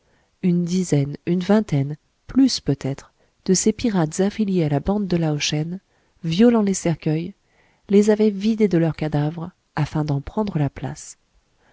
une dizaine une vingtaine plus peut-être de ces pirates affiliés à la bande de lao shen violant les cercueils les avaient vidés de leurs cadavres afin d'en prendre la place